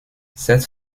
cette